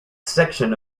section